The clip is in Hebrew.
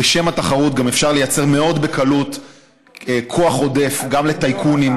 בשם התחרות אפשר לייצר מאוד בקלות כוח עודף גם לטייקונים,